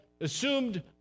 assumed